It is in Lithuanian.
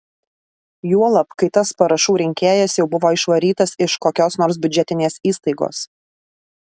juolab kai tas parašų rinkėjas jau buvo išvarytas iš kokios nors biudžetinės įstaigos